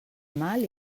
mal